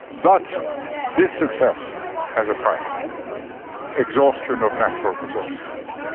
but this success has a price exhaustion of natural resources,